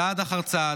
צעד אחר צעד,